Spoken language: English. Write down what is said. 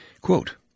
quote